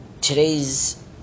today's